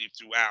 throughout